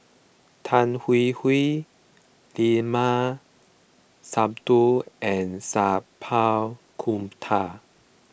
Tan Hwee Hwee Limat Sabtu and Sat Pal Khattar